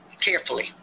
carefully